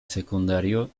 secundario